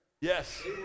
Yes